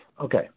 Okay